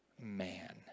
man